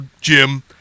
Jim